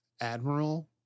Admiral